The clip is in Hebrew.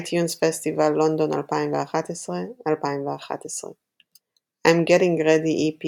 - iTunes Festival London 2011 I'm Getting Ready EP